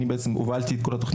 אני הובלתי את כל התוכניות.